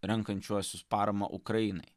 renkančiuosius paramą ukrainai